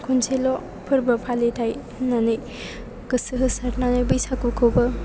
खनसेल' फोरबो फालिथाइ होननानै गोसो होसारनानै बैसागुखौबो